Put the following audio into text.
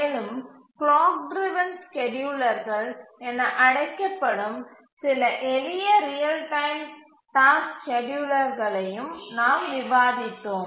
மேலும் clock driven ஸ்கேட்யூலர்கள் scheduler என அழைக்கப்படும் சில எளிய ரியல் டைம் டாஸ்க் ஸ்கேட்யூலர்களையும் நாம் விவாதித்தோம்